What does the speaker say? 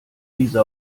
diese